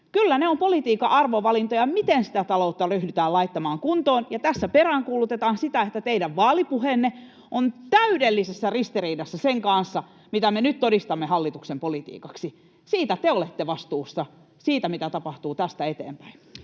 Kyllä ne ovat politiikan arvovalintoja, miten sitä taloutta ryhdytään laittamaan kuntoon, ja tässä peräänkuulutetaan sitä, että teidän vaalipuheenne on täydellisessä ristiriidassa sen kanssa, mitä me nyt todistamme hallituksen politiikaksi. Siitä te olette vastuussa, siitä, mitä tapahtuu tästä eteenpäin.